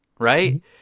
Right